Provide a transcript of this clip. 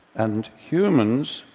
and humans,